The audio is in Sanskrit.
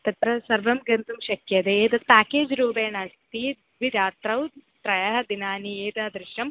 तत्र सर्वं गन्तुं शक्यते एतत् पेकेज् रूपेण अस्ति द्विरात्रौ त्रयः दिनानि एतादृशं